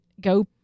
go